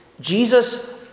Jesus